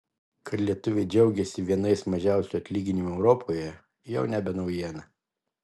kad lietuviai džiaugiasi vienais mažiausių atlyginimų europoje jau nebe naujiena